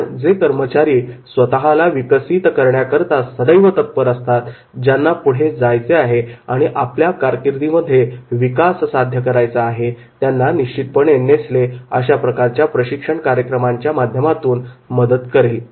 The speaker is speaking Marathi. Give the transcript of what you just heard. पण जे कर्मचारी स्वतःला विकसित करण्याकरता सदैव तयार असतात ज्यांना पुढे जायचे आहे आणि आपल्या कारकिर्दीमध्ये विकास साध्य करायचा आहे त्यांना निश्चितपणे नेसले अशा प्रकारच्या प्रशिक्षण कार्यक्रमांच्या माध्यमातून नक्कीच मदत करेल